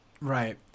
Right